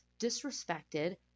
disrespected